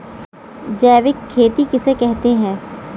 जैविक खेती किसे कहते हैं?